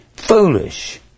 foolish